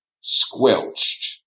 squelched